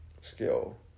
skill